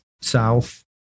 South